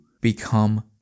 become